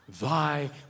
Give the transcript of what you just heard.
Thy